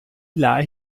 lie